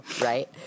right